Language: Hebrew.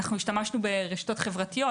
השתמשנו ברשתות חברתיות,